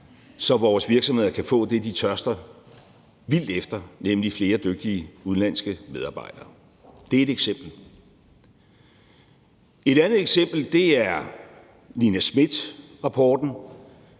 så vores virksomheder kan få det, de tørster vildt efter, nemlig flere dygtige udenlandske medarbejdere. Det er et eksempel. Et andet eksempel er Nina Smith-rapporten.